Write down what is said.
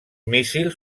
míssils